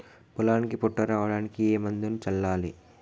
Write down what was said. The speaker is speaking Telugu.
పొలానికి పొట్ట రావడానికి ఏ మందును చల్లాలి?